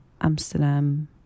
Amsterdam